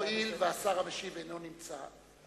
הואיל והשר המשיב אינו נמצא,